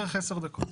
בערך 10 דקות.